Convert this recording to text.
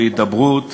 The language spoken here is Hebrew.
בהידברות